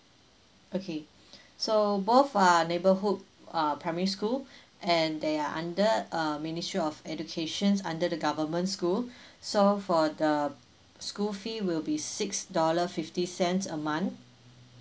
okay so both are neighbourhood uh primary school and they are under um ministry of education under the government school so for the school fee will be six dollar fifty cents a month